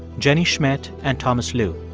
jenny schmidt and thomas lu.